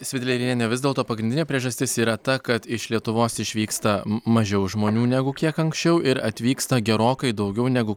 svidleriene vis dėlto pagrindinė priežastis yra ta kad iš lietuvos išvyksta mažiau žmonių negu kiek anksčiau ir atvyksta gerokai daugiau negu